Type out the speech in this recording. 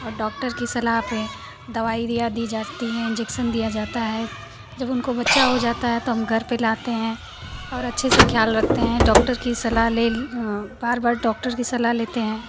और डॉक्टर कि सलाह पर दवाई दिआ दी जाती है इन्जेक्सन दिया जाता है जब उनको बच्चा हो जाता है तब घर पर लाते हैं और अच्छे से ख़्याल रखते हैं डॉक्टर कि सलाह ले ली बार बार डॉक्टर कि सलाह लेते हैं